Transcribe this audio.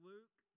Luke